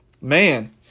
Man